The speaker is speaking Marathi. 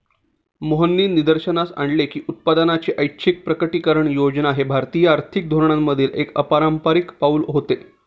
मोहननी निदर्शनास आणले की उत्पन्नाची ऐच्छिक प्रकटीकरण योजना हे भारतीय आर्थिक धोरणांमधील एक अपारंपारिक पाऊल होते